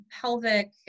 pelvic